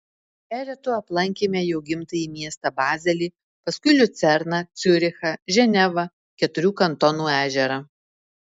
eretu aplankėme jo gimtąjį miestą bazelį paskui liucerną ciurichą ženevą keturių kantonų ežerą